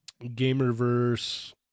Gamerverse